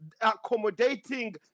accommodating